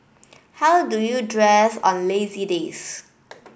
how do you dress on lazy days